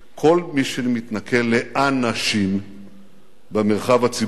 כל מי שמתנכל לאנשים במרחב הציבורי.